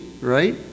right